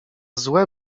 złe